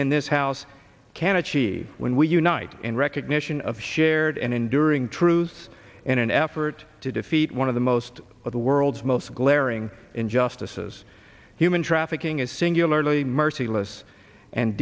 in this house can achieve when we unite in recognition of shared and enduring truths in an effort to defeat one of the most of the world's most glaring injustices human trafficking is singularly